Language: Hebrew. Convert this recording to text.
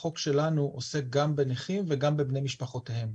החוק שלנו עוסק גם בנכים וגם בבני משפחותיהם,